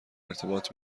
ارتباط